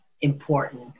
important